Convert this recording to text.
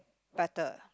better